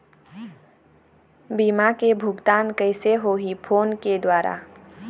बीमा के भुगतान कइसे होही फ़ोन के द्वारा?